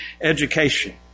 education